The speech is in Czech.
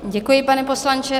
Děkuji, pane poslanče.